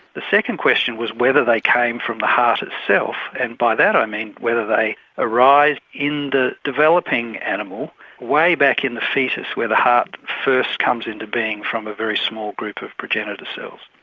the second question was whether they came from the heart itself and by that i mean whether they arise in the developing animal way back in the foetus where the heart first comes into being from a very small group of progenitor cells.